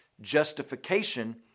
Justification